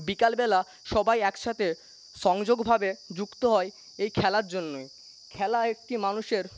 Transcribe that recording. বিকালবেলা সবাই একসাথে সংযোগভাবে যুক্ত হয় এই খেলার জন্যই খেলা একটি মানুষের